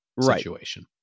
situation